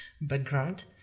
background